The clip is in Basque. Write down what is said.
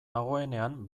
nagoenean